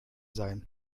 sein